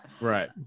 Right